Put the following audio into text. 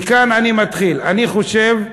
אני חושב,